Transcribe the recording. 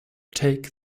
take